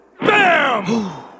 BAM